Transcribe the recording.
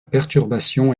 perturbation